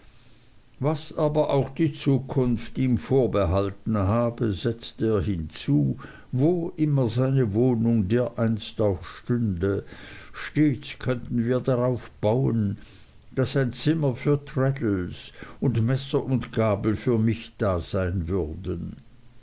was aber auch die zukunft ihm vorbehalten habe setzte er hinzu wo immer seine wohnung dereinst auch stünde stets könnten wir darauf bauen daß ein zimmer für traddles und messer und gabel für mich da sein würden